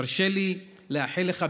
תרשה לי לאחל לך,